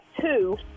two